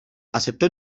aceptó